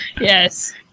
Yes